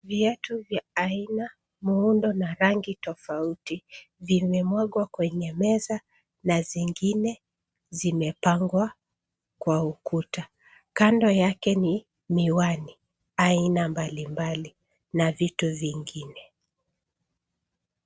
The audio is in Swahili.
Viatu vya aina, muundo na rangi tofauti vimemwagwa kwenye meza na zingine zimapangwa kwa ukuta. Kando yake ni miwani ya aina mbalimbali na vitu vingine.